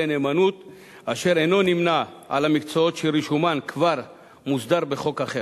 נאמנות אשר אינו נמנה על המקצועות שרישומם כבר מוסדר בחוק אחר.